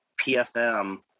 PFM